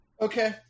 Okay